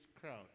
crowd